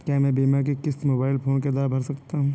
क्या मैं बीमा की किश्त मोबाइल फोन के द्वारा भर सकता हूं?